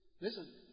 Listen